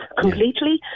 completely